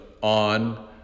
on